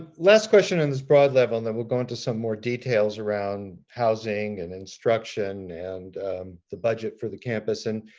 last question on this broad level and then we'll go into some more details around housing and instruction and the budget for the campus. and